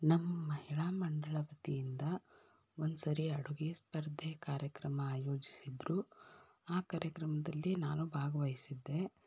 ನಮ್ಮ ಮಹಿಳಾ ಮಂಡಳಿ ವತಿಯಿಂದ ಒಂದು ಸಾರಿ ಅಡುಗೆ ಸ್ಪರ್ಧೆ ಕಾರ್ಯಕ್ರಮ ಆಯೋಜಿಸಿದ್ದರು ಆ ಕಾರ್ಯಕ್ರಮದಲ್ಲಿ ನಾನು ಭಾಗವಯ್ಸಿದ್ದೆ